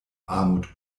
armut